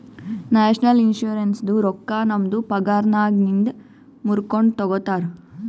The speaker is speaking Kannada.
ನ್ಯಾಷನಲ್ ಇನ್ಶುರೆನ್ಸದು ರೊಕ್ಕಾ ನಮ್ದು ಪಗಾರನ್ನಾಗಿಂದೆ ಮೂರ್ಕೊಂಡು ತಗೊತಾರ್